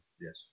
Yes